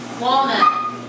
Walnut